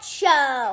show